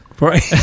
Right